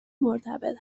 مرتبط